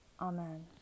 Amen